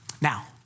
Now